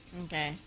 okay